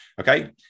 okay